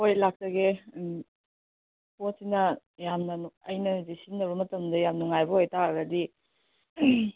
ꯍꯣꯏ ꯂꯥꯛꯆꯒꯦ ꯎꯝ ꯄꯣꯠꯁꯤꯅ ꯌꯥꯝꯅ ꯑꯩꯅ ꯍꯧꯖꯤꯛ ꯁꯤꯖꯤꯟꯅꯕ ꯃꯇꯝꯗ ꯌꯥꯝ ꯅꯨꯡꯉꯥꯏꯕ ꯑꯣꯏꯇꯔꯒꯗꯤ